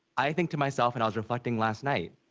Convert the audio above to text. i think to myself and i was reflecting last night.